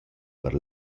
per